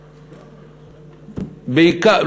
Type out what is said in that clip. בעיקר,